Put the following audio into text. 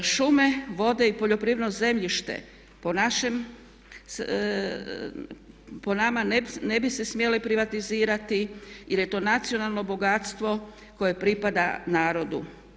Šume, vode i poljoprivredno zemljište po našem, po nama ne bi se smjele privatizirati jer je to nacionalno bogatstvo koje pripada narodu.